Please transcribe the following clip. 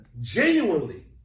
Genuinely